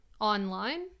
online